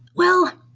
well,